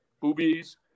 boobies